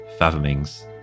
fathomings